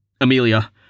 Amelia